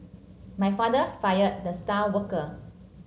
my father fired the star worker